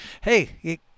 hey